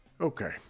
okay